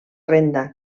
renda